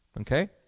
Okay